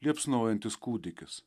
liepsnojantis kūdikis